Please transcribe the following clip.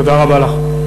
תודה רבה לך.